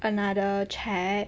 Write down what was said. another check